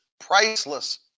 priceless